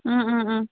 ꯎꯝ ꯎꯝ ꯎꯝ